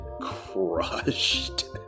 crushed